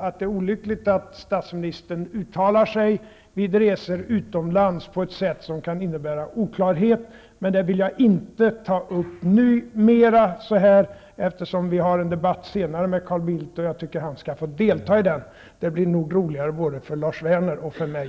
att det är olyckligt att statsministern uttalar sig vid resor utomlands på ett sätt som kan innebära oklarhet. Det har vi framfört från socialdemokratins sida. Det vill jag dock inte ta upp mera nu, eftersom vi har en debatt senare med Carl Bildt. Jag tycker att han skall få delta. Det blir nog roligare för både Lars Werner och mig.